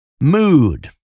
mood